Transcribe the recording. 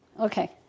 Okay